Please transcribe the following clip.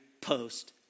post